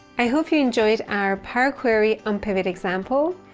i hope you enjoyed our power query unpivot example.